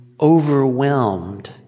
overwhelmed